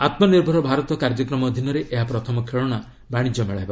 ଆତ୍ମନିର୍ଭର ଭାରତ କାର୍ଯ୍ୟକ୍ରମ ଅଧୀନରେ ଏହା ପ୍ରଥମ ଖେଳନା ବାଣିଜ୍ୟମେଳା ହେବ